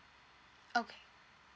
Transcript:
okay